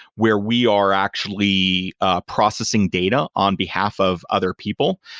where we are actually ah processing data on behalf of other people.